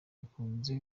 bakunze